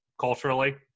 culturally